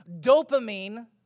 dopamine